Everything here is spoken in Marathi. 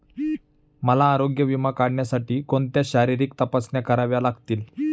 मला आरोग्य विमा काढण्यासाठी कोणत्या शारीरिक तपासण्या कराव्या लागतील?